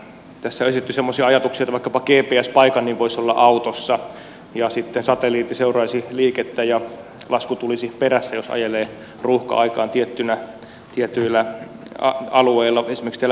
tässä on esitetty semmoisia ajatuksia että vaikkapa gps paikannin voisi olla autossa ja sitten satelliitti seuraisi liikettä ja lasku tulisi perässä jos ajelee ruuhka aikaan tietyillä alueilla esimerkiksi täällä pääkaupunkiseudulla